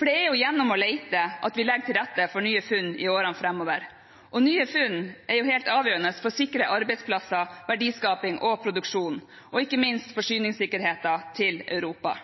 Det er gjennom å lete at vi legger til rette for nye funn i årene framover, og nye funn er helt avgjørende for å sikre arbeidsplasser, verdiskaping og produksjon – og ikke minst for forsyningssikkerheten til Europa.